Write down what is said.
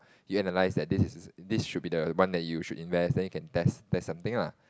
you analyse that this is this should be the one that you should invest then you can test test something lah